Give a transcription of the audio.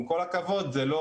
עם כל הכבוד, זה לא